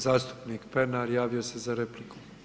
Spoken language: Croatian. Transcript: Zastupnik Pernar javio se za repliku.